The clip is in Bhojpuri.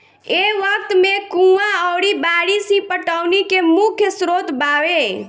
ए वक्त में कुंवा अउरी बारिस ही पटौनी के मुख्य स्रोत बावे